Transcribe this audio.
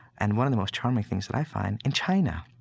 and one of the most charming things that i find, in china.